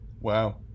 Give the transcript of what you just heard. wow